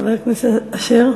חבר הכנסת אשר,